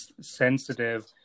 sensitive